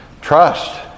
Trust